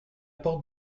porte